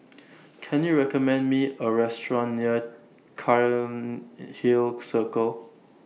Can YOU recommend Me A Restaurant near Cairnhill Circle